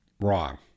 Wrong